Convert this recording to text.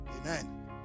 Amen